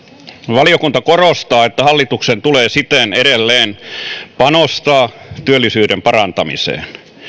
valiokunta korostaa että hallituksen tulee siten edelleen panostaa työllisyyden parantamiseen